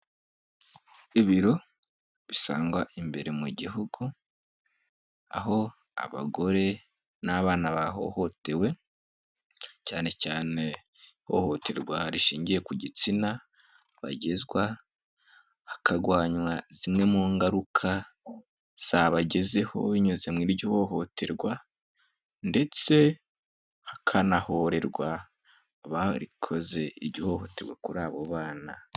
Ibiro bisangwa imbere mu gihugu, aho abagore n'abana bahohotewe, cyane cyane ihohoterwa rishingiye ku gitsina, bagezwa hakarwanywa zimwe mu ngaruka zabagezeho binyuze mu iryo hohoterwa ndetse hakanahorerwa abarikoze iryo hohoterwa kuri abo bana.